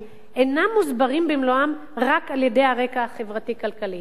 אינם מוסברים במלואם רק על-ידי הרקע החברתי-כלכלי,